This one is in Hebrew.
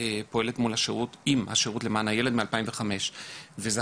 פועלים עם השירות למען הילד משנת 2005 וזיכינו